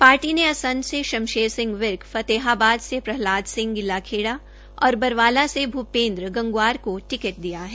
party ने असंध से शमशेर सिंह विर्क फतेहाबाद से प्रहलाद सिंह गिल्लाखेड़ा और बरवाला से भूपेन्द्र गंगुआर को टिकट दिया है